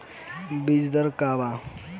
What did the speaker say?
बीज दर का वा?